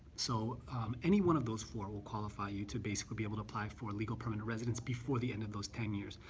so any one of those four will qualify you to basically be able to apply for legal permanent residence before the end of those ten years.